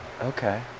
Okay